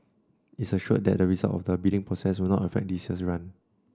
it assured that the result of the bidding process will not affect this year's run